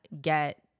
get